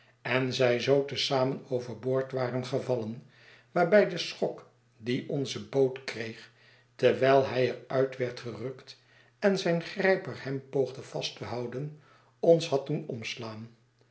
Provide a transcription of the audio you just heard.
en zy zoo te zamen over boord wgren gevallen waarbij de schok dien onze boot kreg terwijl hij er uit werd gerukt en zijn grijper hem poogde vast te houden ons had doen omslaan